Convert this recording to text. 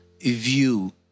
view